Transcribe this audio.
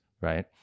right